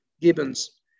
gibbons